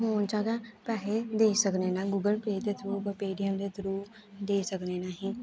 होर जैदा पैहे देई सकने न गूगल दे थ्रू ते पे टी एम दे थ्रू देई सकने आहीं